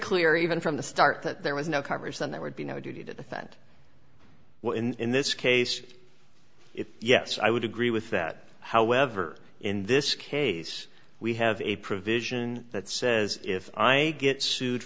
clear even from the start that there was no congress then there would be no duty to defend well in this case it yes i would agree with that however in this case we have a provision that says if i get sued